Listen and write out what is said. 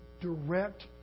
direct